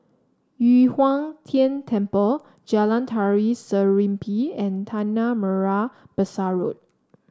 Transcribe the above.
Yu Huang Tian Temple Jalan Tari Serimpi and Tanah Merah Besar Road